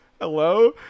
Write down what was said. hello